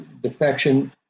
defection